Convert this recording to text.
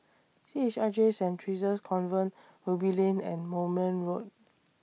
C H I J Saint Theresa's Convent Ruby Lane and Moulmein Road